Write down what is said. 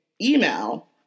email